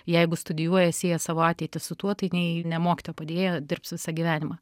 jeigu studijuoja sieja savo ateitį su tuo tai nei ne mokytojo padėjėja dirbs visą gyvenimą